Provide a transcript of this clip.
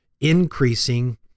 increasing